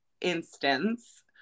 instance